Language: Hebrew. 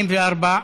44,